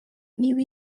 niba